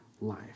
life